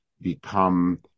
become